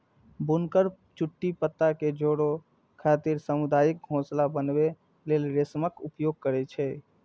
बुनकर चुट्टी पत्ता कें जोड़ै खातिर सामुदायिक घोंसला बनबै लेल रेशमक उपयोग करै छै